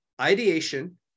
ideation